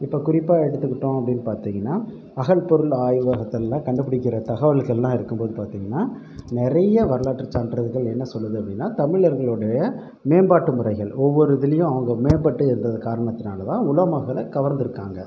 இப்போ குறிப்பா எடுத்துகிட்டோம் அப்படின்னு பார்த்தீங்கன்னா அகல் பொருள் ஆய்வகத்தில் கண்டுபிடிக்கிற தகவல்கள்லாம் இருக்கும்போது பார்த்தீங்கன்னா நிறைய வரலாற்றுச் சான்றுகள் என்ன சொல்லுது அப்படின்னா தமிழர்களுடைய மேம்பாட்டு முறைகள் ஒவ்வொரு இதுலேயும் அவங்க மேம்பட்டு இருந்தது காரணத்தினால்தான் உலக மக்கள கவர்ந்திருக்காங்க